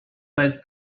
but